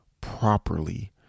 properly